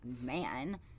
man